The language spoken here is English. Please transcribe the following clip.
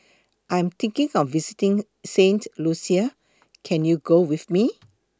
I Am thinking of visiting Saint Lucia Can YOU Go with Me